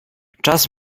czas